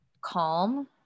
calm